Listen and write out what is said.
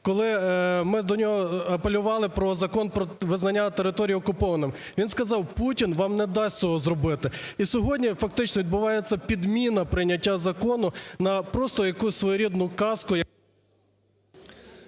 коли ми до нього апелювали про Закон визнання територій окупованими, він сказав: Путін вам не дасть цього зробити. І сьогодні фактично відбувається підміна прийняття закону на просто якусь своєрідну…